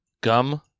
gum